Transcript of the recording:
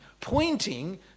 pointing